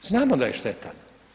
Znamo da je štetan.